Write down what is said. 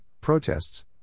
protests